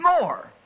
more